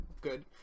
good